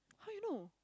how you know